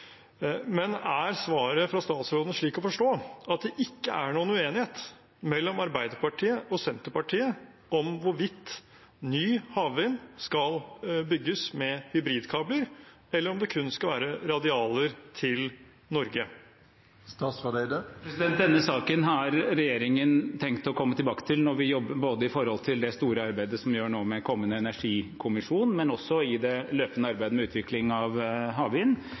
Men er svaret fra statsråden slik å forstå at det ikke er noen uenighet mellom Arbeiderpartiet og Senterpartiet om hvorvidt ny havvind skal bygges med hybridkabler eller om det kun skal være radialer til Norge? Denne saken har regjeringen tenkt å komme tilbake til når det gjelder det store arbeidet som vi gjør nå med en kommende energikommisjon, men også i det løpende arbeidet med utvikling av havvind.